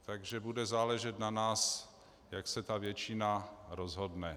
Takže bude záležet na nás, jak se většina rozhodne.